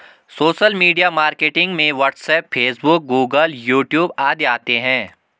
social media marketing में WhatsApp Facebook Google YouTube आदि आते है